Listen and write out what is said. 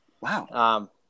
Wow